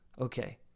okay